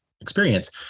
experience